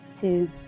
two